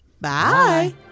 Bye